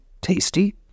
tasty